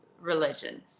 religion